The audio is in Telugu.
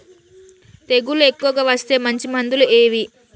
తెగులు ఎక్కువగా వస్తే మంచి మందులు ఏవి?